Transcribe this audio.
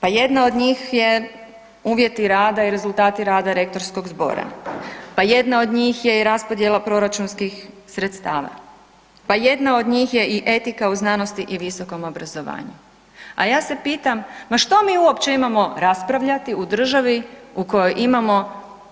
Pa jedna od njih je uvjeti rada i rezultati rada Rektorskog zbora, pa jedna od njih je i raspodjela proračunskih sredstava, pa jedna od njih je i etika u znanosti i visokom obrazovanju, a ja se pitam, ma što mi uopće imamo raspravljati u državi u kojoj imamo